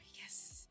Yes